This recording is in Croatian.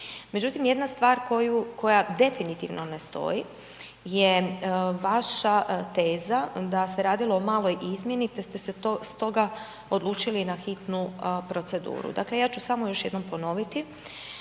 Međutim, jedna stvar koja definitivno ne stoji je vaša teza da se radilo o maloj izmjeni te ste se stoga odlučili na hitnu proceduru. Dakle ja ću samo još jednom ponoviti,